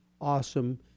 awesome